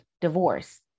divorce